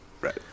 right